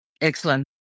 Excellent